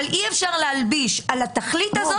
אבל אי אפשר להלביש על התכלית הזאת כל דבר.